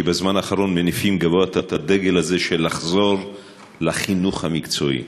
כי בזמן האחרון מניפים גבוה את הדגל הזה של חזרה לחינוך המקצועי.